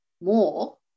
more